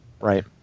Right